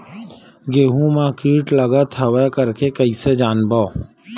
गेहूं म कीट लगत हवय करके कइसे जानबो?